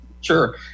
Sure